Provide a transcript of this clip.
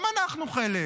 גם אנחנו חלק.